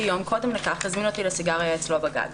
יום קודם לכך הזמין אותי לסיגריה אצלו בגג.